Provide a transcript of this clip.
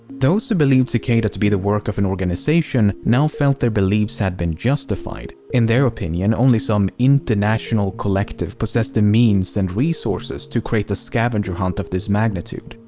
those who believed cicada to be the work of an organization now felt their beliefs had been justified. in their opinion, only some international collective possessed the means and resources to create a scavenger hunt of this magnitude.